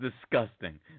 disgusting